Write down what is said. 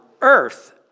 earth